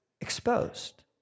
exposed